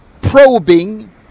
probing